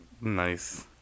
Nice